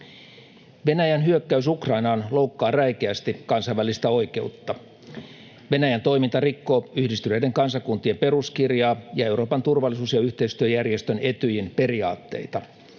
Venäjän hyökkäys Ukrainaan loukkaa räikeästi kansainvälistä oikeutta. Venäjän toiminta rikkoo Yhdistyneiden kansakuntien peruskirjaa ja Euroopan turvallisuus- ja yhteistyöjärjestön Etyjin periaatteita.